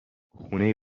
خونه